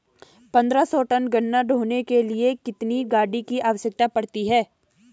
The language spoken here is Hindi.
पन्द्रह सौ टन गन्ना ढोने के लिए कितनी गाड़ी की आवश्यकता पड़ती है?